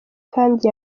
kandi